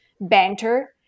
banter